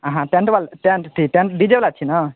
अहाँ टेन्टवला टेन्ट ठीक टेन्ट डी जे वला छी ने